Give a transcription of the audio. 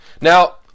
Now